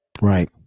right